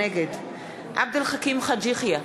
נגד עבד אל חכים חאג' יחיא,